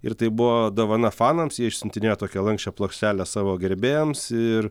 ir tai buvo dovana fanams jie išsiuntinėjo tokią lanksčią plokštelę savo gerbėjams ir